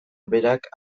berak